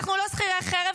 אנחנו לא שכירי חרב,